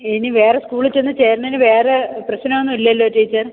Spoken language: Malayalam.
ഇനി വേറെ സ്കൂളിൽ ചെന്ന് ചേരുന്നതിന് വേറെ പ്രശ്നം ഒന്നും ഇല്ലല്ലോ ടീച്ചർ